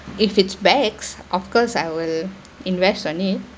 if it's backs of course I will invest on it